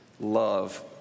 love